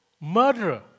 murderer